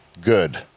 good